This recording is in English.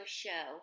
show